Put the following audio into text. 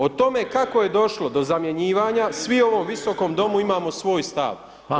O tome kako je došlo do zamjenjivanja svi u ovom Visokom domu imamo svoj stav.